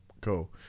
cool